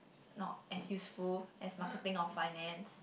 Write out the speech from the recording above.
not as useful as marketing or finance